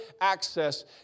access